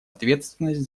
ответственность